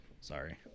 Sorry